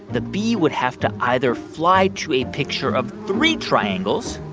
the bee would have to either fly to a picture of three triangles.